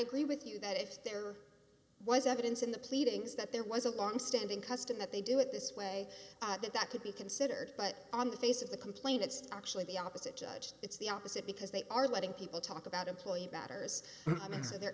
agree with you that if there was evidence in the pleadings that there was a longstanding custom that they do it this way that that could be considered but on the face of the complaint it's actually the opposite judge it's the opposite because they are letting people talk about employee betters i mean there